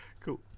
cool